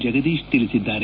ಜಗದೀಶ್ ತಿಳಿಸಿದ್ದಾರೆ